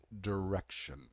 direction